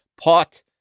Pot